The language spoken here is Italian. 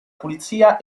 pulizia